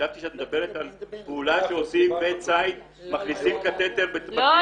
חשבתי שאת מדברת על פעולה שעושים --- מכניסים קטטר -- לא,